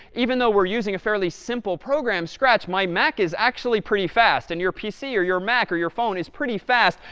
even though we're using a fairly simple program, scratch, my mac is actually pretty fast. and your pc or your mac or your phone is pretty fast.